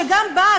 וגם בה,